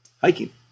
Hiking